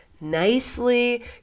nicely